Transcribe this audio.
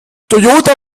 toyota